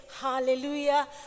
hallelujah